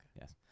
Yes